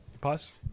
Pause